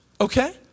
okay